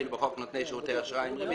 כאילו בחוק נותני שירותי אשראי עם ריבית?